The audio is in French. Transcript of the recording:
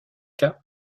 cas